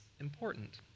important